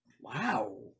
Wow